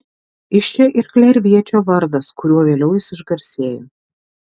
iš čia ir klerviečio vardas kuriuo vėliau jis išgarsėjo